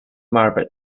marble